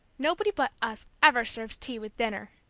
nobody but us ever serves tea with dinner!